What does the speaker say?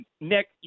nick